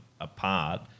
apart